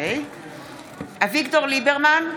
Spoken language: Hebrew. אביגדור ליברמן,